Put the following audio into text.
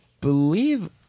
believe